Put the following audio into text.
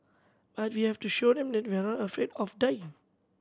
but we have to show them that we are not afraid of dying